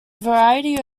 variety